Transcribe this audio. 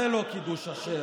זה לא קידוש השם.